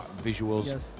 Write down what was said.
visuals